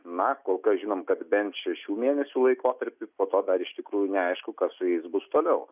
na kol kas žinom kad bent šešių mėnesių laikotarpiui po to dar iš tikrųjų neaišku kas su jais bus toliau